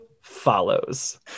follows